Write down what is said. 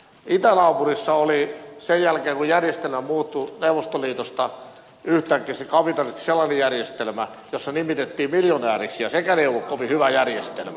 itänaapurissa oli sen jälkeen kun järjestelmä muuttui neuvostoliitosta yhtäkkisesti kapitalistiseksi sellainen järjestelmä jossa nimitettiin miljonääriksi ja sekään ei ollut kovin hyvä järjestelmä